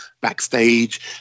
backstage